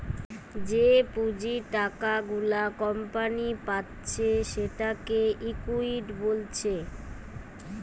যে পুঁজির টাকা গুলা কোম্পানি পাচ্ছে সেটাকে ইকুইটি বলছে